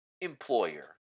employer